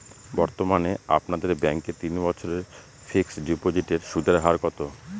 বর্তমানে আপনাদের ব্যাঙ্কে তিন বছরের ফিক্সট ডিপোজিটের সুদের হার কত?